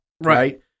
right